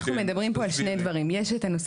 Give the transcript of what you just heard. אנחנו מדברים פה על שני דברים: יש את הנושא